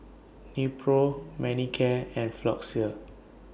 Nepro Manicare and Floxia